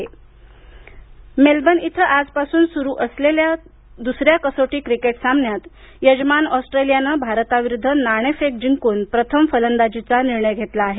cricket Melbourne इथं आजपासून सुरु झालेल्या दुसऱ्या कसोटी क्रिकेट सामन्यात यजमान ऑस्ट्रेलियानं भारताविरुद्ध नाणेफेक जिंकून प्रथम फलंदाजीचा निर्णय घेतला आहे